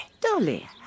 Dolly